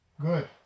Good